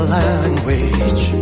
language